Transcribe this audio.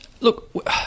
Look